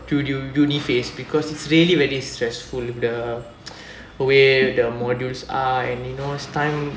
u~ u~ uni phase because it's really really stressful with the way the modules are and you know as time